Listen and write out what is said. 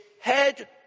head